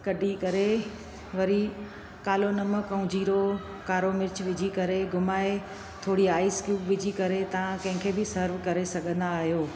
कढी करे वरी कालो नमक ऐं जीरो कारो मिर्च विझी करे घुमाए थोरी आइस क्यूब विझी करे तव्हां कंहिंखे बि सर्व करे सघंदा आहियो